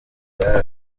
umuntu